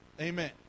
amen